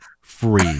free